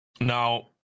Now